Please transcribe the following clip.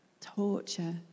torture